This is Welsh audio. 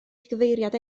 gyfeiriad